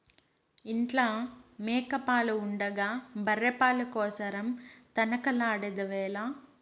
ఇంట్ల మేక పాలు ఉండగా బర్రె పాల కోసరం తనకలాడెదవేల